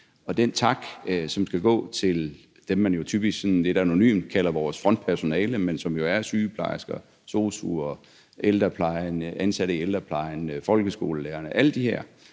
Og den tak skal gå til dem, som man jo typisk lidt anonymt kalder vores frontpersonale, men som er sygeplejersker, sosu'er, ansatte i ældreplejen, folkeskolelærere. De har